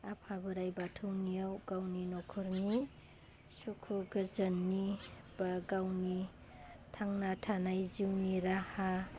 आफा बोराय बाथौनियाव गावनि न'खरनि सुखु गोजोननि बा गावनि थांना थानाय जिउनि राहा